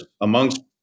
amongst